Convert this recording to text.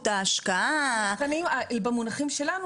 ההשקעה --- במונחים שלנו,